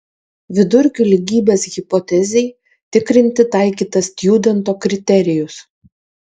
vidurkių lygybės hipotezei tikrinti taikytas stjudento kriterijus